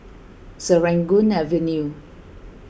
Serangoon Avenue